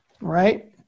right